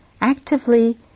actively